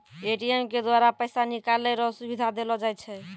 ATM के द्वारा पैसा निकालै रो सुविधा देलो जाय छै